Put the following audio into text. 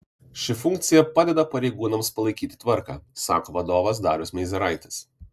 ši funkcija padeda pareigūnams palaikyti tvarką sako vadovas darius meizeraitis